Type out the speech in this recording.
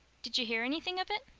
did you hear anything of it?